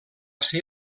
ser